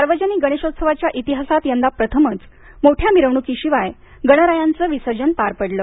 सार्वजनिक गणेशोत्सवाच्या इतिहासात यंदा प्रथमच मोठया मिरवणुकीशिवाय गणरायाचं विसर्जन पार पडलं